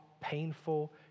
painful